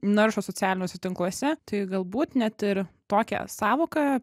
naršo socialiniuose tinkluose tai galbūt net ir tokią sąvoką